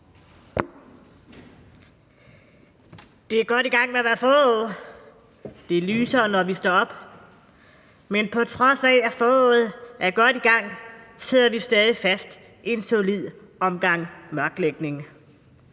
Det er godt i gang med at være forår, og det er lysere, når vi står op, men på trods af at foråret er godt i gang, sidder vi stadig fast i en solid omgang mørklægning,